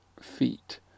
feet